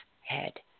head